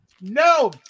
No